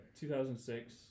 2006